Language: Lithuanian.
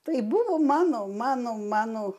tai buvo mano mano mano